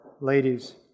ladies